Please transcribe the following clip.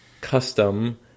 custom